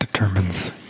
determines